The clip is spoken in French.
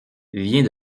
vient